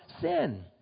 sin